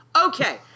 Okay